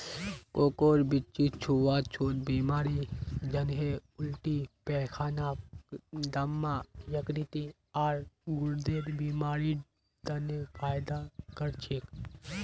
कोकोर बीच्ची छुआ छुत बीमारी जन्हे उल्टी पैखाना, दम्मा, यकृत, आर गुर्देर बीमारिड तने फयदा कर छे